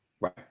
right